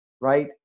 right